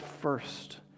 first